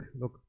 look